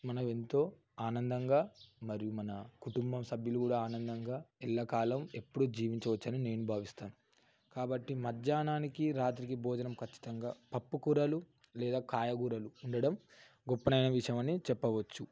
మనం ఎంతో ఆనందంగా మరియు మన కుటుంబ సభ్యులు కూడా ఆనందంగా ఎల్లకాలం ఎప్పుడు జీవించవచ్చు అని నేను భావిస్తాను కాబట్టి మధ్యాహ్నానికి రాత్రికి భోజనం ఖచ్చితంగా పప్పు కూరలు లేదా కాయగూరలు ఉండడం గొప్పదైన విషయం అని చెప్పవచ్చు